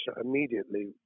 immediately